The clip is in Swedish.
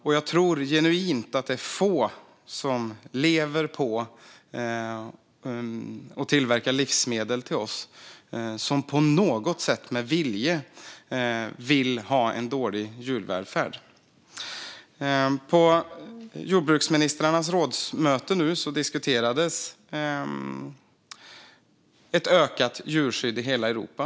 Och jag tror genuint att det är få som lever på att tillverka livsmedel till oss som på något sätt med vilje vill ha en dålig djurvälfärd. På jordbruksministrarnas rådsmöte senast diskuterades ett ökat djurskydd i hela Europa.